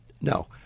no